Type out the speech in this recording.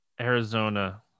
Arizona